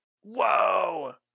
Whoa